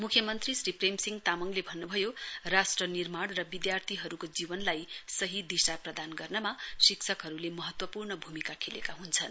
मुख्यमन्त्री श्री प्रेम सिंह तामाङले भन्नु भयो राष्ट्र निर्माण र विद्यार्थीहरूको जीवनलाई सही दिशा प्रदान गर्नमा शिक्षकहरूले महत्वपूर्ण भूमिका खेलेका हुन्छन्